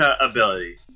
ability